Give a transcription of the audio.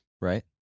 right